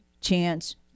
chance